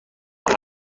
راه